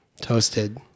toasted